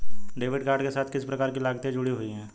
Debit card के साथ किस प्रकार की लागतें जुड़ी हुई हैं?